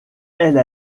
elle